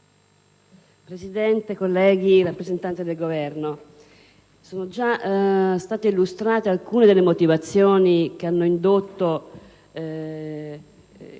Presidente, colleghi, signor rappresentante del Governo, sono già state illustrate alcune delle motivazioni che hanno indotto